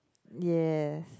ya